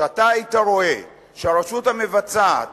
שאתה היית רואה שהרשות המבצעת